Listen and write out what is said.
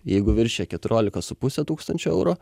jeigu viršija keturiolika su puse tūkstančio eurų